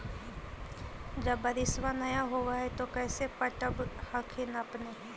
जब बारिसबा नय होब है तो कैसे पटब हखिन अपने?